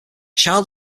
child